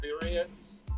experience